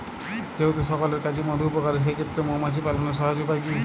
যেহেতু সকলের কাছেই মধু উপকারী সেই ক্ষেত্রে মৌমাছি পালনের সহজ উপায় কি?